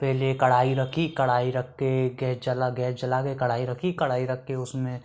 पहले कढ़ाई रखी कढ़ाई रखकर गैस जला गैस रखकर कढ़ाई रखी कढ़ाई रखें के उसमें